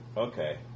okay